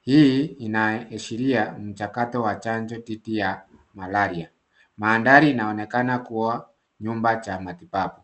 Hii inaashiria mchakato wa chanjo didhi ya malaria. Mandhari inaonekana kuwa nyumba cha matibabu.